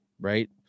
right